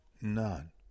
none